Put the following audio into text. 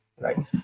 right